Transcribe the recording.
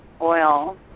oil